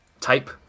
type